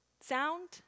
sound